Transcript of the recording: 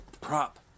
prop